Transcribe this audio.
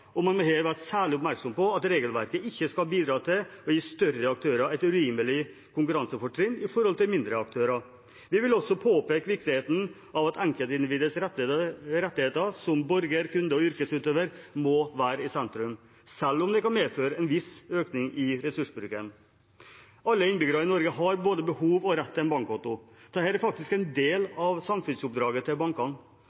og man må her være særlig oppmerksom på at regelverket ikke skal bidra til å gi større aktører et urimelig konkurransefortrinn i forhold til mindre aktører. Vi vil også påpeke viktigheten av at enkeltindividets rettigheter som borger, kunde og yrkesutøver må være i sentrum, selv om det kan medføre en viss økning i ressursbruken. Alle innbyggere i Norge har både behov for og rett til en bankkonto. Dette er faktisk en del